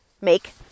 make